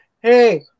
hey